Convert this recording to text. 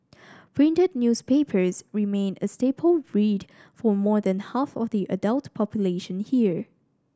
printed newspapers remain a staple read for more than half of the adult population here